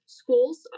schools